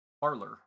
Parlor